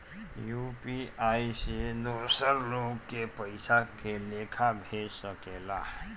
UPI से दोसर लोग के पइसा के लेखा भेज सकेला?